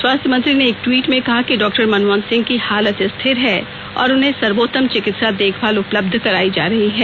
स्वास्थ्य मंत्री ने एक टवीट में कहा कि डॉक्टर मनमोहन सिंह की हालत स्थिर है और उन्हें सर्वोत्तम चिकित्सा देखभाल उपलब्ध कराई जा रही है